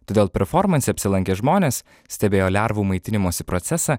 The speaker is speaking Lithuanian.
todėl performanse apsilankę žmonės stebėjo lervų maitinimosi procesą